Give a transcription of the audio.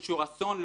אסון.